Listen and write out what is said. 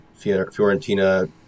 Fiorentina